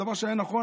דבר שהיה נכון,